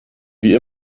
wie